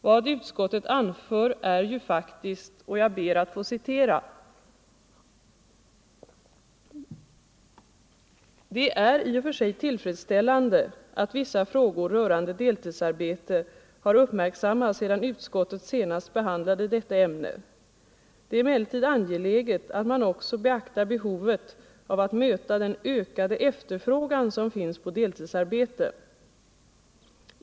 Vad utskottet anför är ju faktiskt: ”Det är i och för sig tillfredsställande att vissa frågor rörande deltidsarbete har uppmärksammats sedan utskottet senast behandlade detta ämne. Det är emellertid angeläget att man också beaktar behovet av att möta den ökade efterfrågan som finns på deltidsarbete.